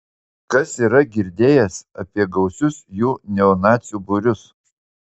kas yra girdėjęs apie gausius jų neonacių būrius